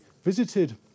visited